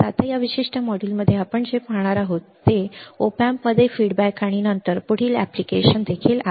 आता या विशिष्ट मॉड्यूलमध्ये आपण जे पाहणार आहोत ते op amps मध्ये फीड बॅक आणि नंतर पुढील एप्लिकेशन अनुप्रयोग देखील आहे